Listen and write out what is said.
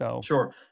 Sure